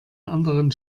anderen